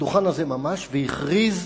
הדוכן הזה ממש, והכריז: